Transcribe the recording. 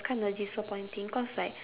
kind of disappointing cause like